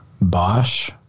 Bosch